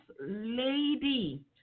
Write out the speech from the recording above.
lady